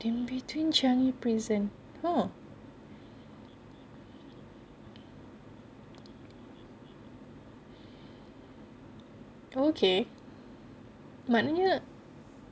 in between changi prison oh okay maknanya